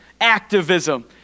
activism